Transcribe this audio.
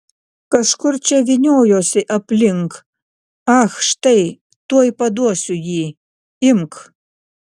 kažkur čia vyniojosi aplink ach štai tuoj paduosiu jį imk